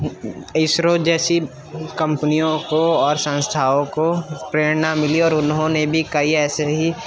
اسرو جیسی کمپنیوں کو اور سنستھاؤں کو پریرنا ملی اور انہوں نے بھی کئی ایسے ہی